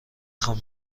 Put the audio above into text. خوام